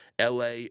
LA